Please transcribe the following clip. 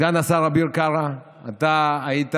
סגן השר אביר קארה, אתה היית